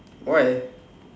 why